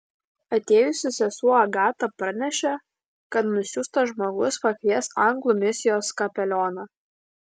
atėjusi sesuo agata pranešė kad nusiųstas žmogus pakvies anglų misijos kapelioną